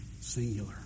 singular